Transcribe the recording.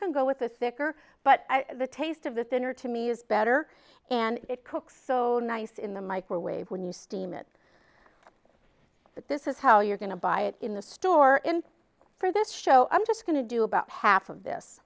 can go with a thicker but the taste of the thinner to me is better and it cooks so nice in the microwave when you steam it that this is how you're going to buy it in the store in for this show i'm just going to do about half of